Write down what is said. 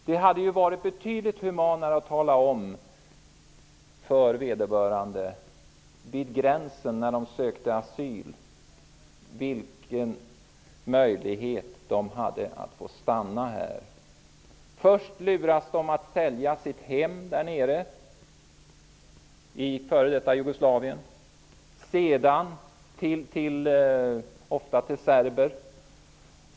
Det hade varit betydligt humanare att tala om för vederbörande vid gränsen när de sökte asyl vilken möjlighet de hade att få stanna här. Man har först lurat dem att sälja sitt hem därnere i f.d. Jugoslavien, ofta till serber.